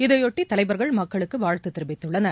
இதையொட்டி தலைவர்கள் மக்களுக்கு வாழ்த்து தெரிவித்துள்ளனர்